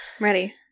Ready